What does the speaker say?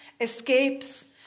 escapes